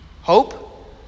Hope